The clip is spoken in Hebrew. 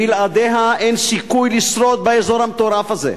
בלעדיה אין סיכוי לשרוד באזור המטורף הזה.